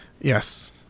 Yes